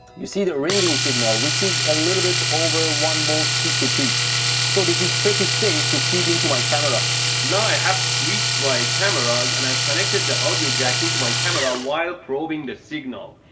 you see the ringing signal which is a little bit over one volt peak-to-peak so this is pretty safe to feed into my camera now i have switched my cameras and i've connected the audio jack into my camera while probing the signal.